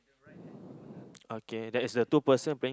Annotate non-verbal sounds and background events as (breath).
(breath) okay that is the two person playing